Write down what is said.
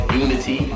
unity